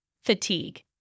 Fatigue